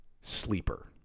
Sleeper